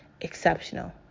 Exceptional